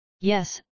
Yes